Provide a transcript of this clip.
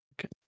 Okay